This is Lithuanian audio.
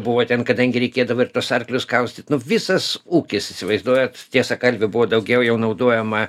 buvo ten kadangi reikėdavo ir tuos arklius kaustyt nu visas ūkis įsivaizduojat tiesa kalvė buvo daugiau jau naudojama